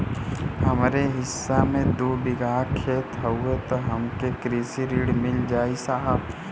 हमरे हिस्सा मे दू बिगहा खेत हउए त हमके कृषि ऋण मिल जाई साहब?